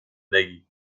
نگین